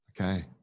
Okay